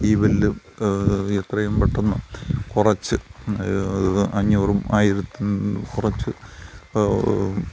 ഈ ബില്ല് എത്രയും പെട്ടെന്ന് കുറച്ച് അഞ്ഞൂറും ആയിരത്തിൽനിന്ന് കുറച്ച്